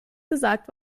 gesagt